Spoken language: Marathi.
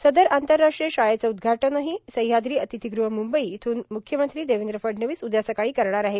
सदर आंतरराष्ट्रीय शाळेचे उद्घाटनहों सहयाद्री र्आतथीगृह मुंबई येथून मुख्यमंत्री ना देवद्र फडणवीस यांच्या उद्या सकाळी करणार आहे